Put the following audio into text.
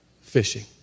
fishing